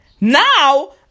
now